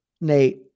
Nate